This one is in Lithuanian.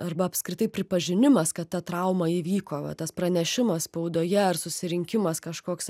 arba apskritai pripažinimas kad ta trauma įvyko va tas pranešimas spaudoje ar susirinkimas kažkoks